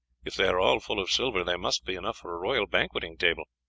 if they are all full of silver there must be enough for a royal banqueting-table.